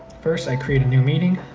first i create a new meeting,